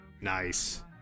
Nice